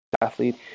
athlete